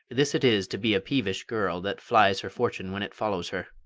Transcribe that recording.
this it is to be a peevish girl that flies her fortune when it follows her.